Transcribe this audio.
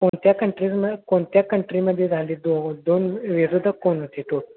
कोणत्या कंट्रीजमध्ये कोणत्या कंट्रीमध्ये झाली दो दोन विरोधक कोण होती तो